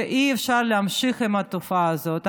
ואי-אפשר להמשיך עם התופעה הזאת.